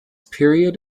period